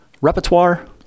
repertoire